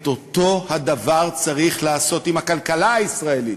את אותו הדבר צריך לעשות עם הכלכלה הישראלית,